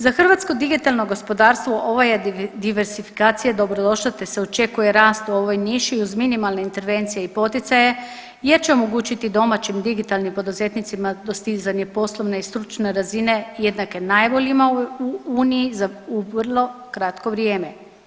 Za hrvatsko digitalno gospodarstvo, ovo je diversifikacija dobrodošla te se očekuje rast u ovoj niši uz minimalne intervencije i poticaje jer će omogućiti domaćim digitalnim poduzetnicima dostizanje poslovne i stručne razine jednake najboljima u Uniji, u vrlo kratko vrijeme.